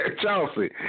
Chelsea